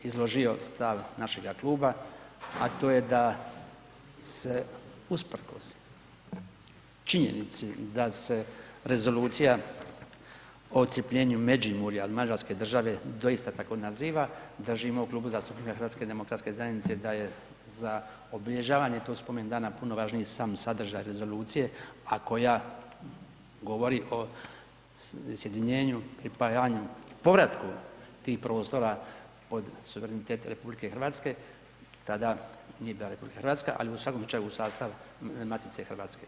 izložio stav našega kluba a to je da se usprkos činjenici da se Rezolucija o odcjepljenju Međimurja od Mađarske države doista tako naziva držimo u Klubu zastupnika HDZ-a da je za obilježavanje tog spomendana puno važniji sam sadržaj Rezolucije a koja govori o sjedinjenju, pripajanju, povratku tih prostora od suvereniteta RH i tada nije bila RH ali u svakom slučaju u sastavu Matice hrvatske.